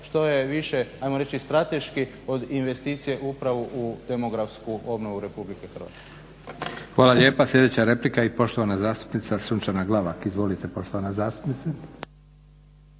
što je više strateški od investicije upravo u demografsku obnovu RH. **Leko, Josip (SDP)** Hvala lijepa. Sljedeća replika i poštovana zastupnica Sunčana Glavak. Izvolite poštovana zastupnice.